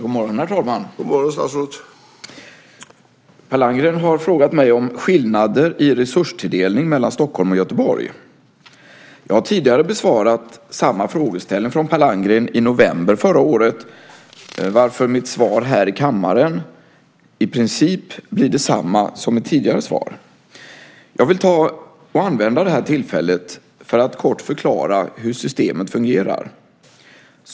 Herr talman! Per Landgren har frågat mig om skillnader i resurstilldelning mellan Stockholm och Göteborg. Jag har tidigare besvarat samma frågeställning från Per Landgren i november 2005, varför mitt svar här i kammaren i princip blir detsamma som mitt tidigare svar. Jag vill använda detta tillfälle för att kort förklara hur systemet fungerar.